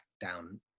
down